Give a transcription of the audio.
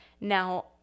now